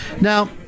Now